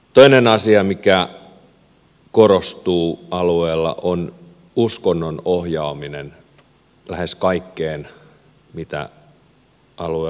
toinen asia mikä korostuu alueella on uskonnon ohjaaminen lähes kaikessa mitä alueella tapahtuu